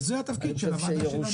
זה התפקיד של הוועדה שלנו.